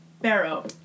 Barrow